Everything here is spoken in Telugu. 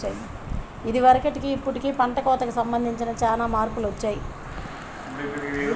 ఇదివరకటికి ఇప్పుడుకి పంట కోతకి సంబంధించి చానా మార్పులొచ్చాయ్